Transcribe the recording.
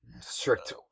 strict